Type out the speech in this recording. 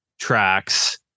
tracks